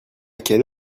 quelle